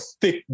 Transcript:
thick